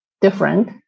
different